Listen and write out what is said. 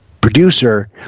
producer